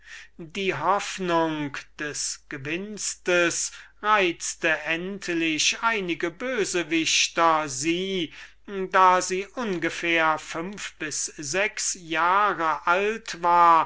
die hoffnung des gewinsts reizte endlich einige bösewichter sie da sie ungefähr fünf bis sechs jahre alt war